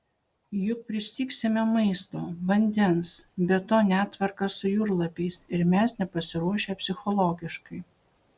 juk pristigsime maisto vandens be to netvarka su jūrlapiais ir mes nepasiruošę psichologiškai